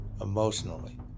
emotionally